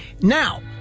Now